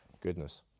goodness